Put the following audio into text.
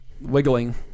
wiggling